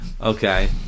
Okay